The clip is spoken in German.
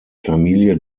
familie